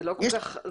זה לא כל כך פשוט.